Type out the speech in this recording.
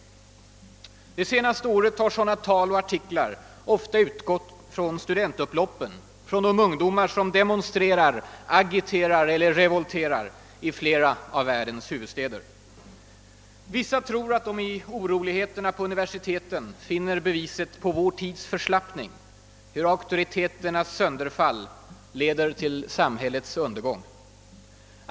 Under det senaste året har sådana tal och artiklar ofta utgått från studentupploppen, från de ungdomar som demonstrerar, agiterar eller revolterar i flera av världens huvudstäder. Vissa personer tror att de i oroligheterna på universiteten finner beviset på vår tids förslappning, hur auktoriteternas sönderfall leder till samhällets undergång.